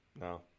No